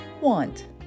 want